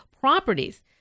properties